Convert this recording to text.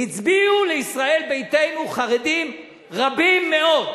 הצביעו לישראל ביתנו חרדים רבים מאוד,